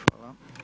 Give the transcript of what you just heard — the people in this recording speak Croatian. Hvala.